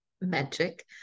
magic